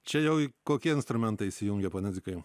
čia jau kokie instrumentai įsijungia dzikai